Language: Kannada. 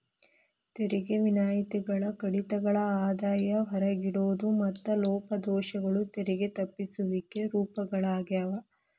ತೆರಿಗೆ ವಿನಾಯಿತಿಗಳ ಕಡಿತಗಳ ಆದಾಯ ಹೊರಗಿಡೋದು ಮತ್ತ ಲೋಪದೋಷಗಳು ತೆರಿಗೆ ತಪ್ಪಿಸುವಿಕೆ ರೂಪಗಳಾಗ್ಯಾವ